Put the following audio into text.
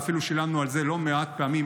ואפילו שילמנו על זה בדם לא מעט פעמים.